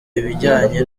ibijyanye